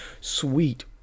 Sweet